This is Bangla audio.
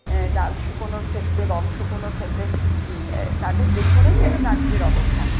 ডাল শুকোনোর ক্ষেত্রে গম শুকোনোর ক্ষেত্রে তাদের পেছনেই কিন্তু নারীদের অবস্থান